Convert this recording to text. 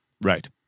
Right